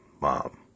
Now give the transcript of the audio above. mom